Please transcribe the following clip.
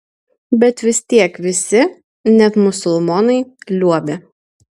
bet vis tiek visi net musulmonai liuobė